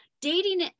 dating